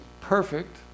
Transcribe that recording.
perfect